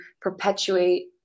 perpetuate